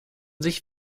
sich